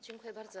Dziękuję bardzo.